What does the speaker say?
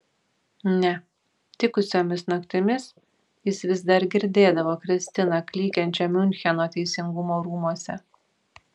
ne tikusiomis naktimis jis vis dar girdėdavo kristiną klykiančią miuncheno teisingumo rūmuose